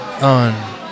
On